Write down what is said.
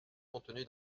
contenu